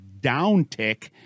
downtick